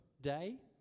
Day